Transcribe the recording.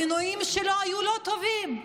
המינויים שלו היו לא טובים,